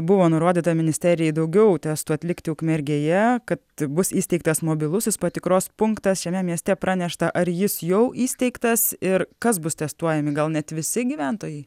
buvo nurodyta ministerijai daugiau testų atlikti ukmergėje kad bus įsteigtas mobilusis patikros punktas šiame mieste pranešta ar jis jau įsteigtas ir kas bus testuojami gal net visi gyventojai